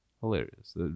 Hilarious